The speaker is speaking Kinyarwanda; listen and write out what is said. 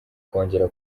kongera